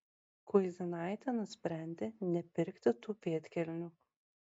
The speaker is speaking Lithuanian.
kuizinaitė nusprendė nepirkti tų pėdkelnių